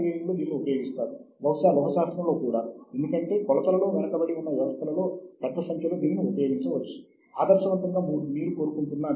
కాబట్టి వీటిని peer sharing sources అని అంటారు